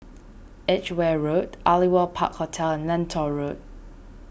Edgware Road Aliwal Park Hotel and Lentor Road